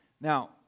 now